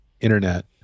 internet